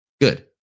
good